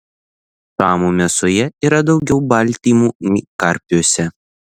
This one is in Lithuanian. šamų mėsoje yra daugiau baltymų nei karpiuose